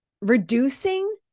reducing